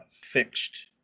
fixed